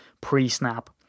pre-snap